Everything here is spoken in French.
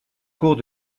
cours